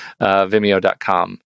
vimeo.com